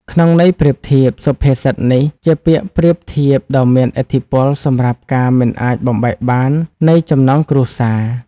ក្នុងន័យប្រៀបធៀប សុភាសិតនេះជាពាក្យប្រៀបធៀបដ៏មានឥទ្ធិពលសម្រាប់ការមិនអាចបំបែកបាននៃចំណងគ្រួសារ។